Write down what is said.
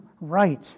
right